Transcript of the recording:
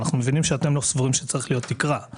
אנחנו מבינים שאתם לא סבורים שצריכה להיות תקרה.